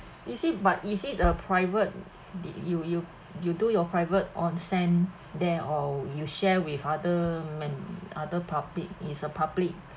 is it but is it a private did you you you do your private onsen there or you share with other man other public is a public